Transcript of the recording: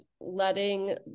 letting